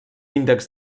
índex